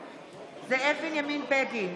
בגין,